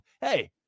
Hey